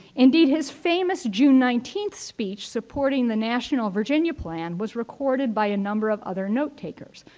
indeed, his famous june nineteenth speech supporting the national virginia plan was recorded by a number of other notetakers.